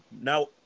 now